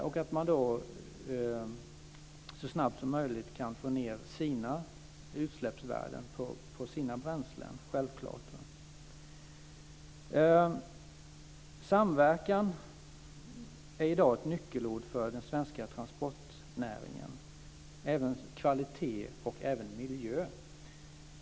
Då kan de där så snabbt som möjligt självklart få ned utsläppsvärdena på sina bränslen. Samverkan är i dag ett nyckelord för den svenska transportnäringen. Det gäller även orden kvalitet och miljö.